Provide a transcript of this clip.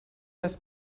les